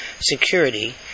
security